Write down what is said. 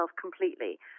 completely